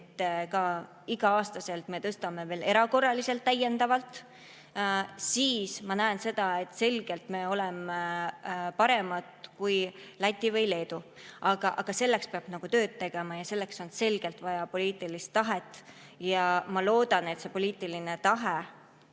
et iga aasta me tõstame [pensioni] veel erakorraliselt täiendavalt, siis ma näen, et me oleksime selgelt paremad kui Läti või Leedu. Aga selleks peab tööd tegema ja selleks on selgelt vaja poliitilist tahet. Ma loodan, et see poliitiline tahe